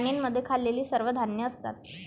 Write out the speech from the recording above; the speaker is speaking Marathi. खाणींमध्ये खाल्लेली सर्व धान्ये असतात